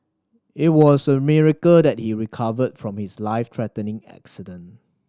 it was a miracle that he recovered from his life threatening accident